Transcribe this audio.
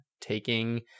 taking